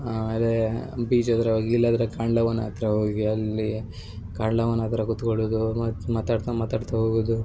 ಆಮೇಲೆ ಬೀಚ್ ಹತ್ರ ಹೋಗಿ ಇಲ್ಲಾದರೆ ಕಾಂಡ್ಲ ವನ ಹತ್ರ ಹೋಗಿ ಅಲ್ಲಿ ಕಾಂಡ್ಲ ವನ ಹತ್ರ ಕುತ್ಕೊಳ್ಳುದು ಮತ್ತು ಮಾತಾಡ್ತಾ ಮಾತಾಡ್ತಾ ಹೋಗುದು